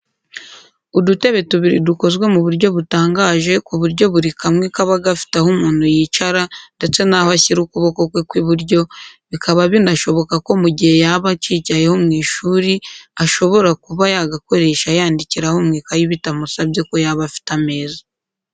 Udutebe tubiri dukozwe mu buryo butangaje ku buryo buri kamwe kaba gafite aho umuntu yicara ndetse n'aho ashyira ukuboko kwe kw'iburyo, bikaba binashoboka ko mu gihe yaba akicayeho mu ishuri ashobora kuba yagakoresha yandikiraho mu ikaye bitamusabye ko yaba afite ameza.